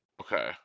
Okay